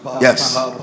Yes